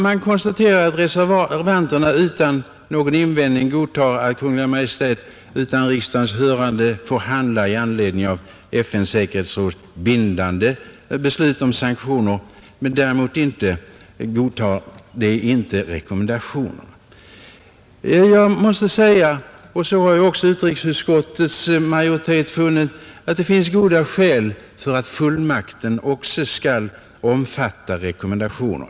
Man konstaterar att reservanterna utan någon invändning godtar att Kungl. Maj:t utan riksdagens hörande får handla i anledning av FN:s säkerhetsråds bindande beslut om sanktioner men däremot inte godtar denna rätt för Kungl. Maj:t med anledning av säkerhetsrådets rekommendationer. Jag måste säga, som också utrikesutskottets majoritet gör, att det finns goda skäl för att fullmakten även skall omfatta rekommendatio ner.